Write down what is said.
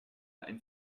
ein